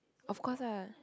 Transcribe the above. of course lah